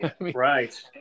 Right